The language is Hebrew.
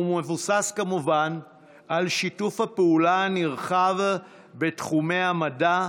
והוא מבוסס כמובן על שיתוף הפעולה הנרחב בתחומי המדע,